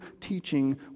teaching